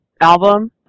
album